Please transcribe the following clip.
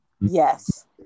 Yes